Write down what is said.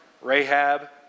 Rahab